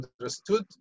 understood